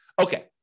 Okay